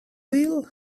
wheel